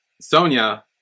Sonia